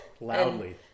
Loudly